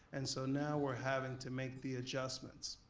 and so now we're having to make the adjustments.